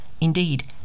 Indeed